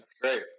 great